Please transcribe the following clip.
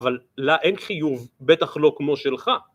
אבל לה אין חיוב, בטח לא כמו שלך.